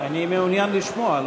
אני מעוניין לשמוע.